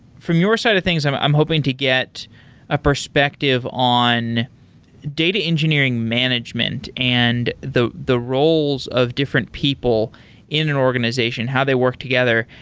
from your side of things, i'm i'm hoping to get a perspective on data engineering management and the the roles of different people in an organization. how they work together?